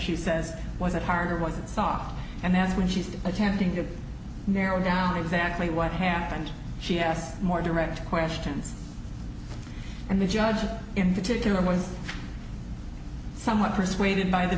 she says was it hard was it soft and that's when she's attempting to narrow down exactly what happened she has more direct questions and the judge in particular was somewhat persuaded by the